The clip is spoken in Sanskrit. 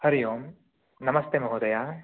हरिः ओं नमस्ते महोदय